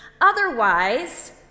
Otherwise